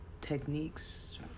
techniques